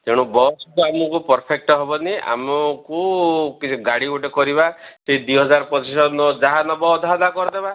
ତେଣୁ ବସକୁ ଆମକୁ ପରଫେକ୍ଟ ହେବନି ଆମକୁ କିଛି ଗାଡ଼ି ଗୋଟେ କରିବା ସେ ଦୁଇ ହଜାର ପଚିଶ ଶହ ନ ଯାହା ନେବ ଅଧା ଅଧା କରିଦେବା